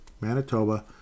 Manitoba